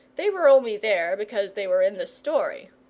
they were only there because they were in the story,